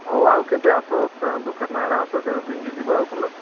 ହଉ ଆଉ କେବେ ଆସ ଚା' ଦୋକାନ ଆଡ଼େ ଆସ ସେବେ ପିଇକି ଯିବ ଆଉ ହେଲା